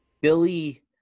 Billy